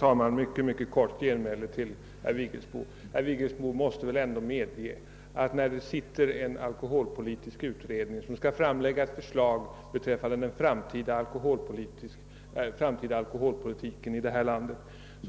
Herr talman! Herr Vigelsbo måste väl ändå medge att den alkoholpolitiska utredningen, när den skall lägga fram sitt förslag angående den framtida alkoholpolitiken i detta land,